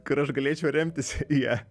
kur aš galėčiau remtis į ją